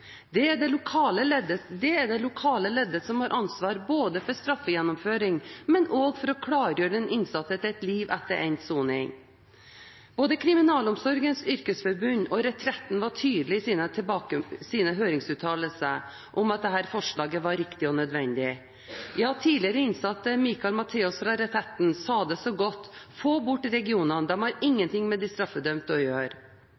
Det er det lokale leddet som har ansvaret for straffegjennomføringen, men også for å klargjøre den innsatte til et liv etter endt soning. Både Kriminalomsorgens Yrkesforbund og Retretten var tydelig i sine høringsuttalelser om at dette forslaget er riktig og nødvendig. Ja, tidligere innsatte Michael Mateos fra Retretten sa det så godt: Få bort regionene – de har ingenting med de straffedømte å gjøre.